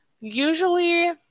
usually